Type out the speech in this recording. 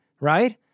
right